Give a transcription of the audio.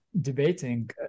debating